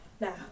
Now